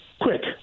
Quick